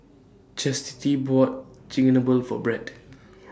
Chastity bought Chigenabe For Brett